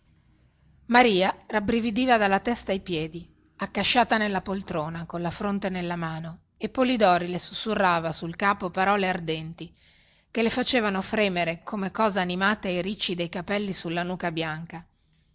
maria rabbrividiva dalla testa ai piedi accasciata nella poltrona colla fronte nella mano e polidori le sussurrava sul capo parole ardenti che le facevano fremere come cosa animata i ricci dei capelli sulla nuca bianca